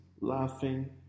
laughing